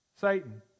Satan